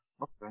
okay